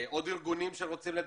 עוד ארגונים שרוצים לדבר?